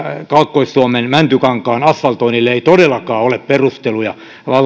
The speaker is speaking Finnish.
kaakkois suomen mäntykankaan asfaltoinnille ei todellakaan ole perusteluja